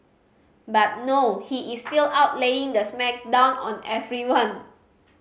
but no he is still out laying the smack down on everyone